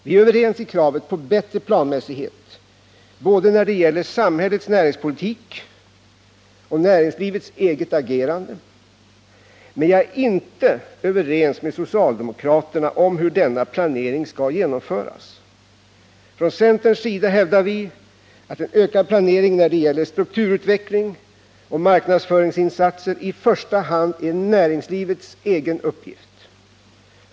Vi är överens om kravet på bättre planmässighet både när det gäller samhällets näringspolitik och när det gäller näringslivets eget agerande, men jag är inte överens med socialdemokraterna om hur denna planering skall genomföras. Från centerns sida hävdar vi att en ökad planering när det gäller strukturutveckling och marknadsföringsinsatser i första hand är en näringslivets egen uppgift.